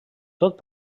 tot